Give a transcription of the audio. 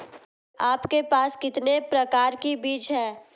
आपके पास कितने प्रकार के बीज हैं?